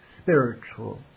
spiritual